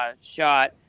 shot